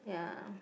yeah